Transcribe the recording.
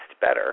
better